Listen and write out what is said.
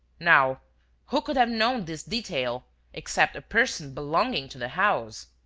now who could have known this detail except a person belonging to the house?